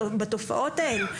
בתופעות האלו,